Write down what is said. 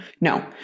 No